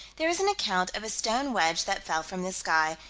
there is an account of a stone wedge that fell from the sky,